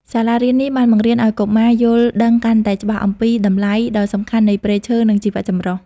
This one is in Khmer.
សាលារៀននេះបានបង្រៀនឱ្យកុមារយល់ដឹងកាន់តែច្បាស់អំពី តម្លៃដ៏សំខាន់នៃព្រៃឈើ និងជីវៈចម្រុះ។